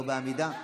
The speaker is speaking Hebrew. לא בעמידה.